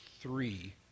three